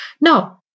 No